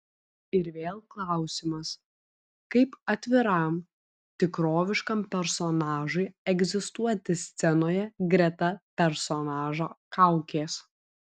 ir vėl klausimas kaip atviram tikroviškam personažui egzistuoti scenoje greta personažo kaukės